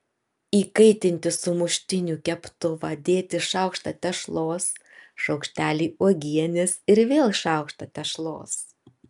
įkaitinti sumuštinių keptuvą dėti šaukštą tešlos šaukštelį uogienės ir vėl šaukštą tešlos